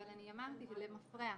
אבל אני אמרתי: למפרע.